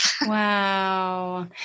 Wow